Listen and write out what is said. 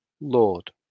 Lord